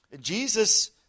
Jesus